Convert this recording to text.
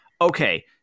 okay